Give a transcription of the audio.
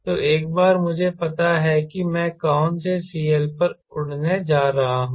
तो एक बार मुझे पता है कि मैं कौन से CL पर उड़ने जा रहा हूं